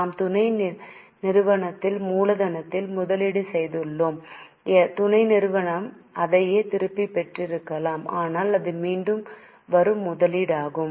நாம் துணை நிறுவனத்தில் மூலதனத்தில் முதலீடு செய்துள்ளோம் துணை நிறுவனம் அதையே திரும்பப் பெற்றிருக்கலாம் ஆனால் அது மீண்டும் வரும் முதலீடாகும்